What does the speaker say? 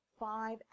five